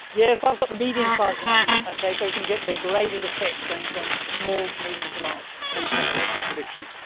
yes, i've got the medium-size one so we can get the graded effect going from small to medium to large. penny sackett, what's your prediction?